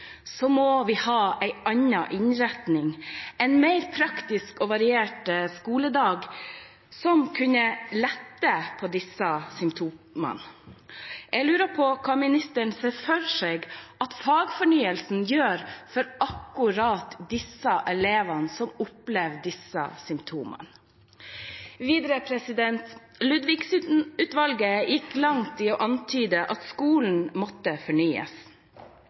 må vi ha en annen innretning, en mer praktisk og variert skoledag, som kan lette på disse symptomene. Jeg lurer på hva statsråden ser for seg at fagfornyelsen skal gjøre for akkurat disse elevene, som opplever disse symptomene. Videre: Ludvigsen-utvalget gikk langt i å antyde at skolen måtte fornyes